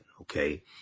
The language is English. Okay